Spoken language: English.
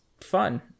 fun